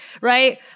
right